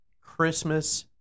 Christmas